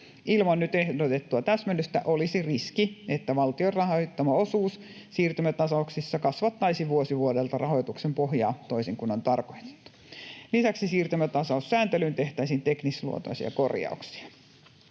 Ilman nyt ehdotettua täsmennystä olisi riski, että valtion rahoittama osuus siirtymätasauksissa kasvattaisi vuosi vuodelta rahoituksen pohjaa toisin kuin on tarkoitettu. Lisäksi siirtymätasaussääntelyyn tehtäisiin teknisluontoisia korjauksia.